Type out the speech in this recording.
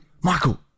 Michael